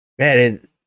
man